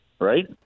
right